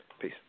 Peace